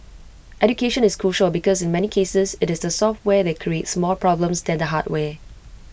education is crucial because in many cases IT is the software that creates more problems than the hardware